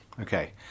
Okay